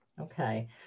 Okay